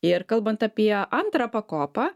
ir kalbant apie antrą pakopą